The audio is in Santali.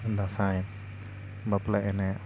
ᱫᱟᱸᱥᱟᱭ ᱵᱟᱯᱞᱟ ᱮᱱᱮᱡᱽ